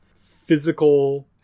physical